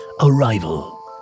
arrival